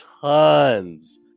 tons